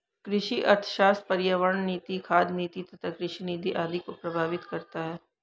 कृषि अर्थशास्त्र पर्यावरण नीति, खाद्य नीति तथा कृषि नीति आदि को प्रभावित करता है